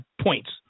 points